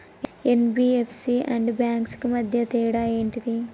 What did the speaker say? NBFC and banks కు మధ్య తేడా ఏంటిది?